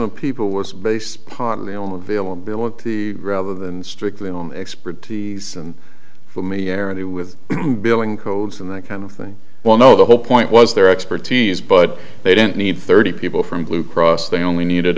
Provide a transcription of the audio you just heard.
of people was based partly on availability rather than strictly on expertise and for me air they with billing codes and that kind of thing well no the whole point was their expertise but they didn't need thirty people from blue cross they only needed